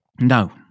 No